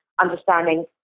understanding